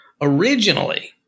originally